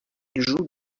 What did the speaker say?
joue